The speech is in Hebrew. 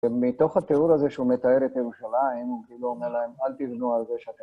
ומתוך התיאור הזה שהוא מתאר את ירושלים, הוא כאילו אומר להם אל תבנו על זה שאתם...